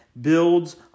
builds